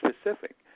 specific